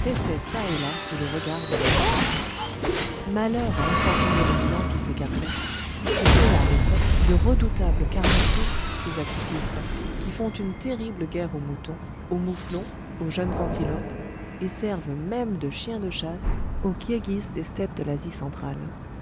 et là sous le regard de l'aigle noir malheur à l'infortuné ruminant qui s'écartait ce sont en effet de redoutables carnassiers ces accipitres qui font une terrible guerre aux moutons aux mouflons aux jeunes antilopes et servent même de chiens de chasse aux kirghis des steppes de l'asie centrale